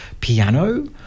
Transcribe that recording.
piano